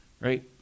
Right